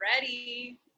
ready